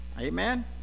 Amen